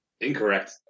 Incorrect